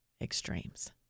extremes